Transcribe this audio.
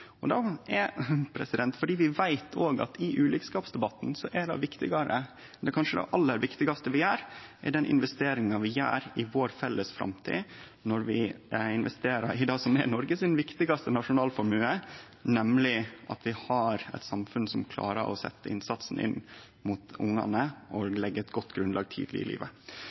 Det er fordi vi òg veit at i ulikskapsdebatten er kanskje det aller viktigaste vi gjer, den investeringa vi gjer i vår felles framtid når vi investerer i det som er Noregs viktigaste nasjonalformue, nemleg at vi har eit samfunn som klarar å setje inn innsatsen mot ungane og leggje eit godt grunnlag tidleg i livet.